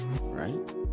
right